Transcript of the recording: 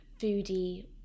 foodie